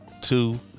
two